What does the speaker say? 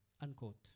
unquote